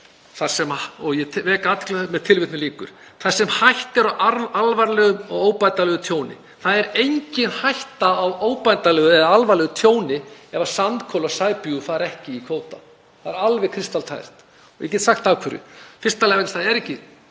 þar sem hætta er á alvarlegu og óbætanlegu tjóni. Það er engin hætta á óbætanlegu eða alvarlegu tjóni ef sandkoli og sæbjúgu fara ekki í kvóta. Það er alveg kristaltært og ég get sagt af hverju. Í fyrsta lagi eru ekki